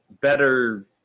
Better